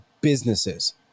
businesses